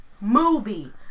movie